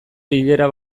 bilera